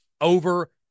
over